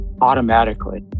automatically